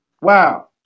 Wow